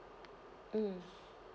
mm